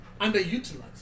Underutilized